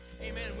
amen